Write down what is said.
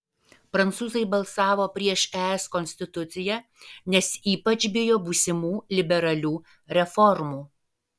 prancūzai balsavo prieš es konstituciją nes ypač bijo būsimų liberalių reformų